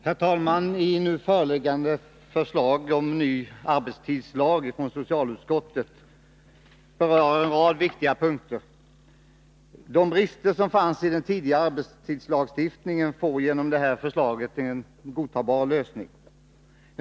Herr talman! Det nu föreliggande förslaget från socialutskottet om ny arbetstidslag berör en rad viktiga frågor. De brister som fanns i den tidigare arbetstidslagstiftningen får genom detta förslag en godtagbar lösning.